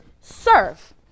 serve